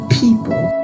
people